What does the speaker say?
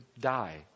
die